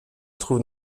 trouve